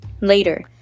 Later